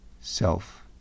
Self